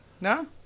no